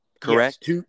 correct